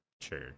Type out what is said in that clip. Sure